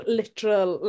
literal